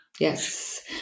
Yes